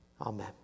Amen